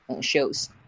shows